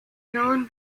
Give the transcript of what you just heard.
known